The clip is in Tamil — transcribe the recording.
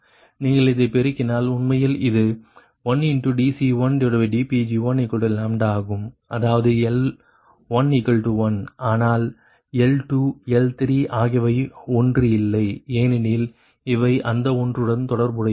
நீங்கள் இதை பெருக்கினால் உண்மையில் இது 1× dC1dPg1 ஆகும் அதாவது L11 ஆனால் L2L3 ஆகியவை ஒன்று இல்லை ஏனெனில் அவை இந்த ஒன்றுடன் தொடர்புடையவை